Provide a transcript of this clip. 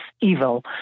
evil